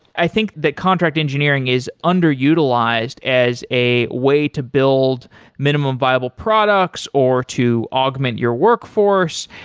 i think that contract engineering is under-utilized as a way to build minimum viable products, or to augment your workforce.